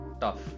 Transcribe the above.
tough